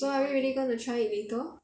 so are we really gonna try it later